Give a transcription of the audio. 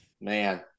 Man